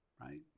Right